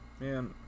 man